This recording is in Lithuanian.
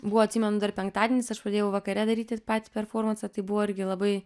buvo atsimenu dar penktadienis aš pradėjau vakare daryti patį performansą tai buvo irgi labai